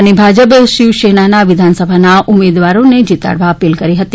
અને ભાજપ શીવસેનાના વિધાનસભાના ઉમેદવારને જીતાડવા અપીલ કરી હતી